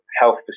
health